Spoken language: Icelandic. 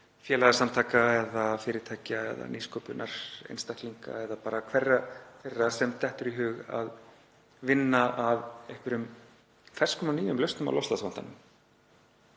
félagasamtaka eða fyrirtækja eða nýsköpunar, til einstaklinga eða hverra þeirra sem dettur í hug að vinna að einhverjum ferskum og nýjum lausnum á loftslagsvandanum.